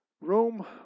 Rome